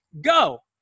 go